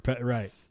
Right